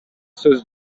сөз